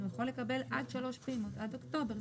יכול לקבל עד שלוש פעימות עד אוקטובר.